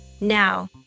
Now